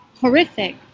horrific